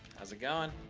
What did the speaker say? how's it going? ah,